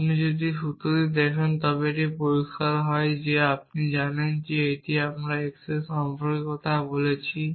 আপনি যদি এই সূত্রটি দেখেন তবে এটি পরিষ্কার হয় যে আপনি জানেন যে এখানে আমরা x সম্পর্কে কথা বলছি